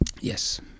Yes